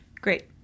Great